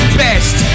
best